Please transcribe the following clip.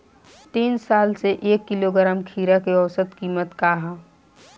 तीन साल से एक किलोग्राम खीरा के औसत किमत का ह?